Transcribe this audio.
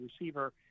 receiver